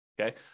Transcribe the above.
okay